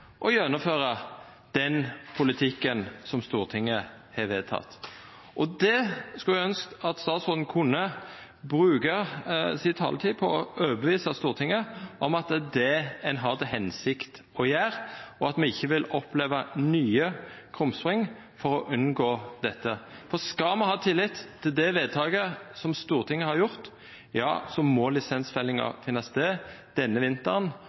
gjennomføra den politikken som Stortinget har vedteke. Eg skulle ønskja at statsråden kunne bruka taletida si på å overtyda Stortinget om at det er det ein har til hensikt å gjera, og at me ikkje vil oppleva nye krumspring for å unngå dette. Skal me ha tillit til det vedtaket som Stortinget har gjort, så må lisensfellinga finna stad denne vinteren,